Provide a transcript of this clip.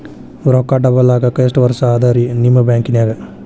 ರೊಕ್ಕ ಡಬಲ್ ಆಗಾಕ ಎಷ್ಟ ವರ್ಷಾ ಅದ ರಿ ನಿಮ್ಮ ಬ್ಯಾಂಕಿನ್ಯಾಗ?